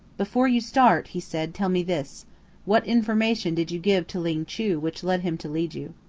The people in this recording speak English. before you start, he said, tell me this what information did you give to ling chu which led him to leave you?